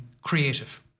creative